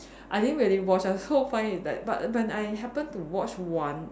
I didn't really watch the whole point is that but but when I happen to watch one